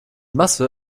masse